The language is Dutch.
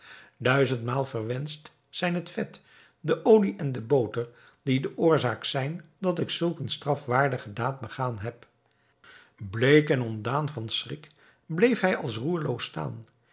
duizendmaal verwenscht zijn het vet de olie en de boter die de oorzaak zijn dat ik zulk eene strafwaardige daad begaan heb bleek en ontdaan van schrik bleef hij als roerloos staan